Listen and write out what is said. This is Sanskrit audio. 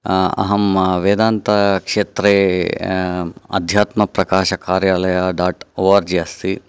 अहं वेदान्तक्षेत्रे अध्यात्मप्रकाशकार्यालय डाट् ओ आर् जि अस्ति